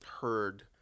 heard